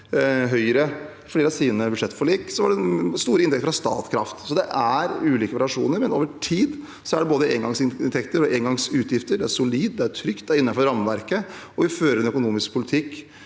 flere av Høyres budsjettforlik, store inntekter fra Statkraft. Så det er ulike variasjoner, men over tid er det både engangsinntekter og engangsutgifter. Det er solid, det er trygt, og det er innenfor rammeverket. Vi fører en økonomisk politikk